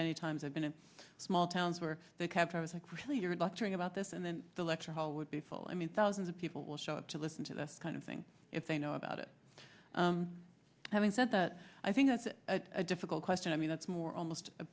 many times i've been in small towns where they kept i was like really you're doctoring about this and then the lecture hall would be full i mean thousands of people will show up to listen to this kind of thing if they know about it having said that i think that's a difficult question i mean that's more almost a